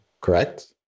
correct